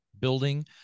building